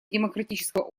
демократического